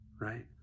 Right